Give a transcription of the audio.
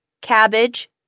cabbage